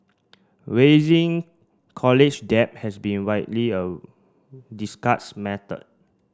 raising college debt has been widely a discussed matter